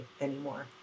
anymore